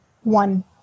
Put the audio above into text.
one